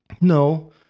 No